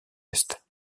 est